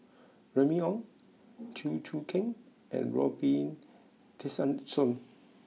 Remy Ong Chew Choo Keng and Robin Tessensohn